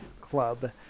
club